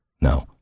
no